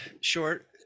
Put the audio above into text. short